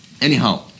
Anyhow